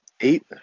eight